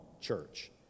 church